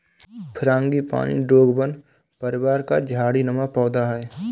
frangipani डोंगवन परिवार का झाड़ी नुमा पौधा है